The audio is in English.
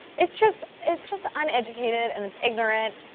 it's just, it's just uneducated, and it's ignorant.